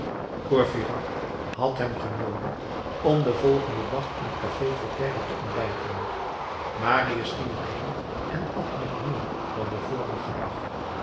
courfeyrac had hem genoodigd om den volgenden dag in het café voltaire te ontbijten marius ging er heen en at nog meer dan den vorigen dag